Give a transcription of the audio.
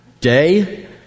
day